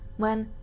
when,